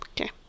Okay